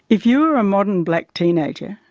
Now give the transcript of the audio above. if you are a modern black teenager,